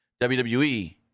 WWE